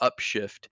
upshift